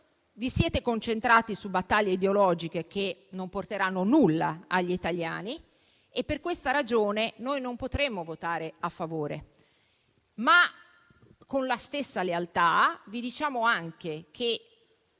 vi siete concentrati su battaglie ideologiche che non porteranno nulla agli italiani e per questa ragione non potremo votare a favore, ma con la stessa lealtà vi diciamo che, se